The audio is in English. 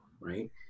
right